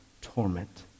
torment